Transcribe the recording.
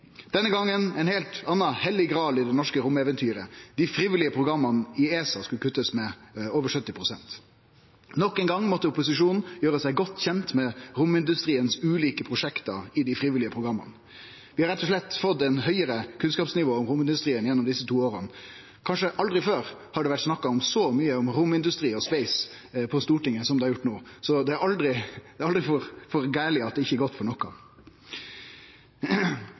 Denne gongen gjaldt det ein heilt annan heilag gral i det norske romeventyret: Dei frivillige programma i ESA skulle kuttast med over 70 pst. Nok ein gong måtte opposisjonen gjere seg godt kjend med romindustrien sine ulike prosjekt i dei frivillige programma. Vi har rett og slett fått eit høgare kunnskapsnivå om romindustrien i desse to åra. Aldri før har det vel vore snakka så mykje om romindustri og space i Stortinget som no – det er aldri så gale at det ikkje er godt for noko.